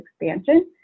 expansion